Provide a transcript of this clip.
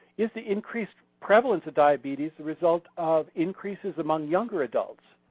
is the increased prevalence of diabetes the result of increases among younger adults?